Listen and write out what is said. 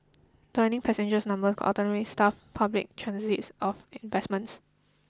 dwindling passengers numbers could ultimately starve public transit of investments